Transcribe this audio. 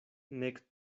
nek